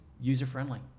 user-friendly